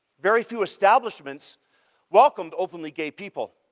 very few establishments welcomed openly gay people.